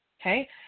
Okay